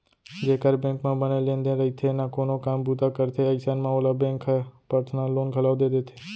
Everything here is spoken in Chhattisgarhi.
जेकर बेंक म बने लेन देन रइथे ना कोनो काम बूता करथे अइसन म ओला बेंक ह पर्सनल लोन घलौ दे देथे